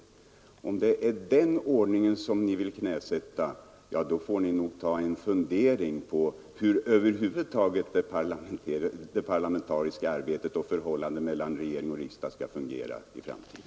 Om det är den ordningen ni vill knäsätta, får ni nog ta en funderare på hur över huvud taget det parlamentariska arbetet och förhållandet mellan regering och riksdag skall fungera i framtiden,